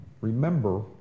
remember